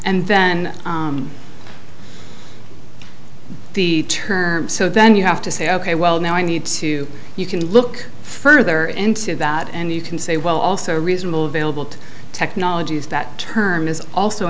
and then the term so then you have to say ok well now i need to you can look further into that and you can say well also reasonable available to technologies that term is also